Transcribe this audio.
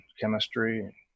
chemistry